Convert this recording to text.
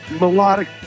melodic